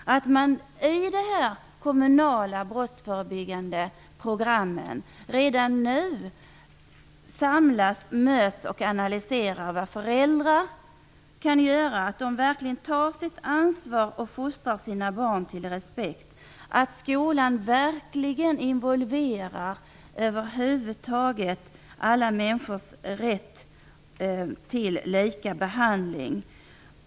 I de kommunala brottsförebyggande programmen kan man redan nu samlas, mötas och analysera vad föräldrar kan göra så att de verkligen tar sitt ansvar och fostrar sina barn till respekt, och att skolan måste involveras. Man måste över huvud taget betona alla människors rätt till lika behandling.